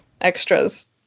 extras